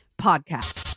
Podcast